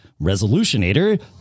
Resolutionator